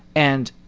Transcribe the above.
and,